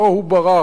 הוא לא ברח,